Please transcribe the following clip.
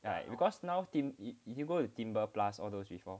ya because now team you go to Timbre plus all those before